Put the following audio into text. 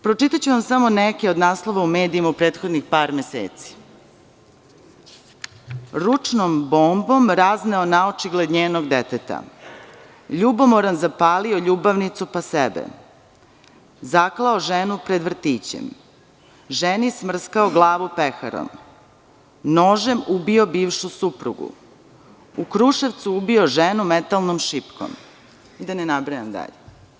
Pročitaću vam samo neke od naslova u medijima u prethodnih par meseci: „Ručnom bombom razneo naočigled njenog deteta“, „Ljubomoran zapalio ljubavnicu pa sebe“, „Zaklao ženu pred vrtićem“, „Ženi smrskao glavu peharom“, „Nožem ubio bivšu suprugu“, „U Kruševcu ubio ženu metalnom šipkom“ i da ne nabrajam dalje.